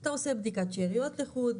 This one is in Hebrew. אתה עושה בדיקת שאריות לחוד,